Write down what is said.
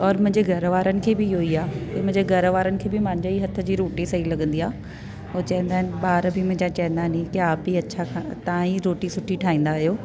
ओर मुंहिंजे घरवारनि खे बि इहो ई आहे त मुंहिंजे घरवारनि खे बि मांजा ही हथ जी रोटी सही लॻंदी आहे उहे चवंदा आहिनि ॿार बि मुंहिंजा चवंदा आहिनि नी की आप ई अच्छा खाना तव्हां ही रोटी सुठी ठाहींदा आहियो